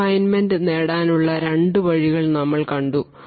confinement നേടാനുള്ള രണ്ട് വഴികൾ നമ്മൾ കണ്ടു